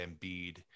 Embiid